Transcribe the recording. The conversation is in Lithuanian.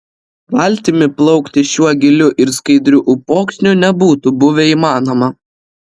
valtimi plaukti šiuo giliu ir skaidriu upokšniu nebūtų buvę įmanoma